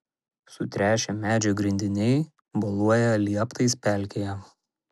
sutręšę medžio grindiniai boluoja lieptais pelkėje